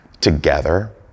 together